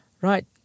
Right